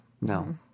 No